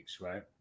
right